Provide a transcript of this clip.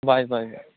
bye bye